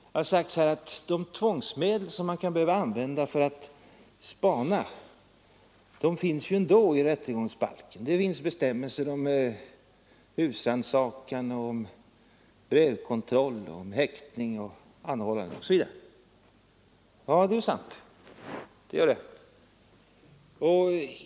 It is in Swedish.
Det har sagts att de tvångsmedel som man kan behöva använda för att spana ändå finns i rättegångsbalken. Det finns bestämmelser om husrannsakan, brevkontroll, häktning, anhållande osv. Det är sant.